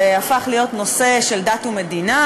זה הפך להיות נושא של דת ומדינה,